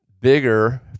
bigger